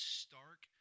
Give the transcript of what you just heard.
stark